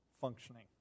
functioning